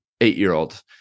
eight-year-old